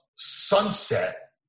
sunset